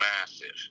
massive